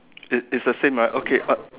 is is the same right okay I